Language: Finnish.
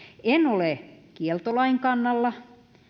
en ole kieltolain kannalla